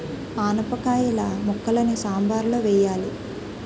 ఆనపకాయిల ముక్కలని సాంబారులో వెయ్యాలి